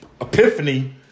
epiphany